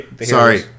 Sorry